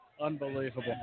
Unbelievable